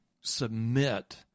submit